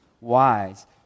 wise